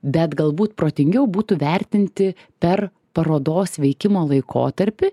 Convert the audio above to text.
bet galbūt protingiau būtų vertinti per parodos veikimo laikotarpį